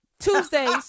Tuesdays